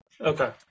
Okay